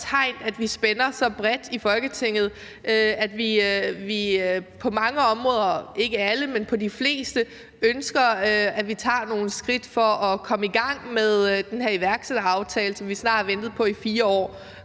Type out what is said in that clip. tegn, at vi spænder så bredt i Folketinget, at vi på mange områder – ikke alle, men på de fleste – ønsker, at vi tager nogle skridt for at komme i gang med den her iværksætteraftale, som vi snart har ventet på i 4 år,